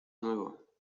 nuevo